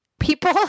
people